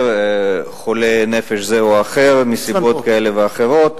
חולה נפש זה או אחר מסיבות כאלה ואחרות,